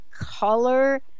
color